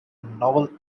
novel